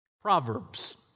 Proverbs